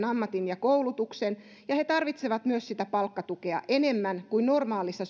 ammatin ja koulutuksen ja he tarvitsevat myös sitä palkkatukea enemmän kuin normaalissa